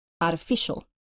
artificial